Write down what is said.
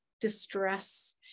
distress